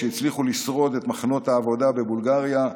שהצליח לשרוד במחנות העבודה בבולגריה,